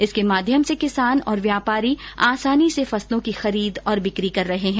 इसके माध्यम से किसान और व्यापारी आसानी से फसलों की खरीद और बिक्री कर रहे हैं